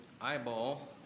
eyeball